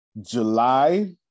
July